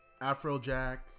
Afrojack